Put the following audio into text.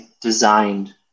designed